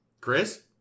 Chris